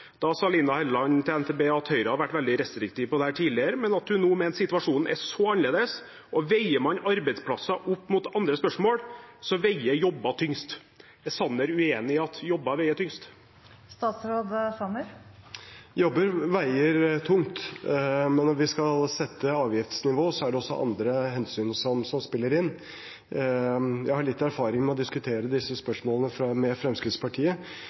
Da sa Linda Hofstad Helleland til NTB at Høyre har vært veldig restriktiv på dette tidligere, men at hun nå mente situasjonen er så annerledes – og veier man arbeidsplasser opp mot andre spørsmål, så veier jobber tyngst. Er Sanner uenig i at jobber veier tyngst? Jobber veier tungt, men når vi skal sette avgiftsnivå, er det også andre hensyn som spiller inn. Jeg har litt erfaring med å diskutere disse spørsmålene med Fremskrittspartiet,